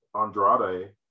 Andrade